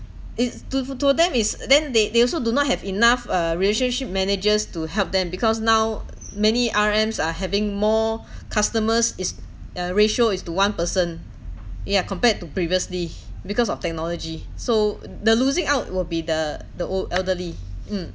it's to for to them is then they they also do not have enough uh relationship managers to help them because now many R_Ms are having more customers is uh ratio is to one person yeah compared to previously because of technology so the losing out will be the the old elderly mm